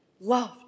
loved